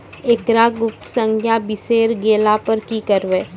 एकरऽ गुप्त संख्या बिसैर गेला पर की करवै?